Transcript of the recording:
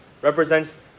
represents